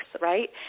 right